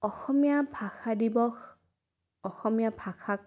অসমীয়া ভাষা দিৱস অসমীয়া ভাষাক